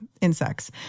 insects